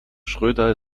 schröder